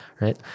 right